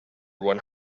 one